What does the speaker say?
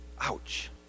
Ouch